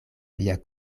via